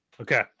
Okay